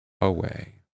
away